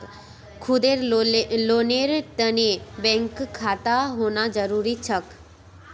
खुदेर लोनेर तने बैंकत खाता होना जरूरी छोक